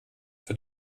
für